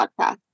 podcast